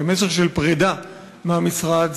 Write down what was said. כמסר של פרידה מהמשרד,